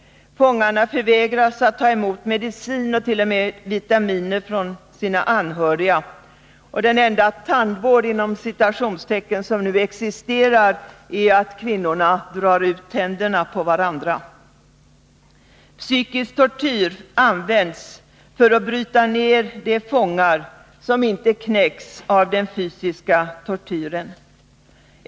Fångarna förvägras att ta emot medicin, och t.o.m. vitaminer, från de anhöriga. Den enda ”tandvård” som nu existerar är att kvinnorna drar ut tänder på varandra. Psykisk tortyr används för att bryta ner de fångar som inte knäcks av den fysiska tortyren.